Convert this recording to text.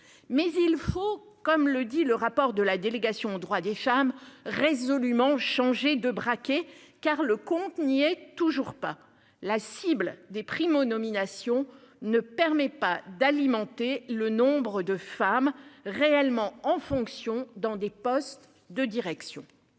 Mais il faut, comme le dit le rapport de la délégation aux droits des femmes résolument changé de braquet car le compte n'y est toujours pas la cible des primo-nominations ne permet pas d'alimenter le nombre de femmes réellement en fonction dans des postes de direction.